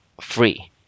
free